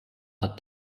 hat